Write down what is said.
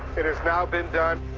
it has now been done.